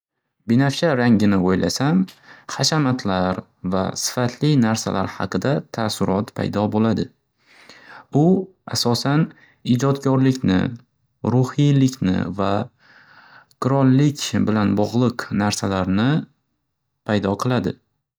Binavsha rangini o'ylasam, hashamatlar va sifatli narsalar haqida taassurot paydo bo'ladi. U asosan ijodkorlikni, ruhiylikni va qirollik bilan bog'liq narsalarni paydo qiladi.